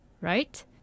right